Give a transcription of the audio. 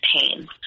pain